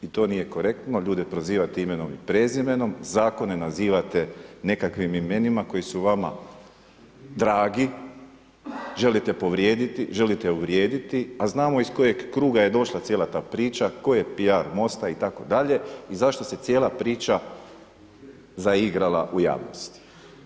I to nije korektno, ljude prozivati imenom i prezimenom, zakone nazivate nekakvim imenima, koji su vama, dragi, želite povrijediti, želite uvrijediti, a znamo iz kojeg kruga je došla cijela ta priča, tko je PR Mosta itd. i zašto se cijela priča zaigrala u javnosti.